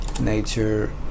nature